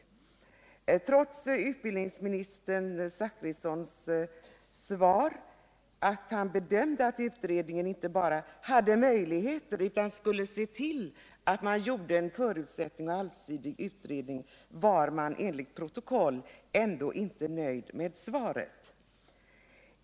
Trots utbildningsministern Zachrissons svar, att han bedömde att utredningen inte bara hade möjligheter att göra en förutsättningslös och allsidig utredning utan att den även skulle se till att en sådan gjordes, var man enligt protokollet ändå inte nöjd med svaret.